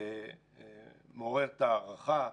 בצורה מעוררת הערכה.